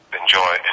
enjoy